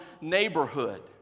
neighborhood